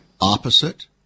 opposite